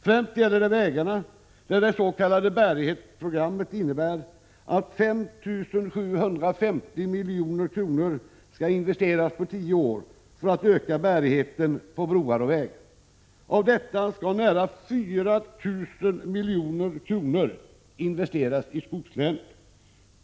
Främst gäller det vägarna, där det s.k. bärighetsprogrammet innebär att 5 750 milj.kr. skall investeras på — Prot. 1986/87:99 tio år för att öka bärigheten hos broar och vägar. Av detta skall nära 4 000 1 april 1987 milj.kr. investeras i skogslänen.